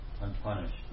unpunished